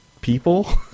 people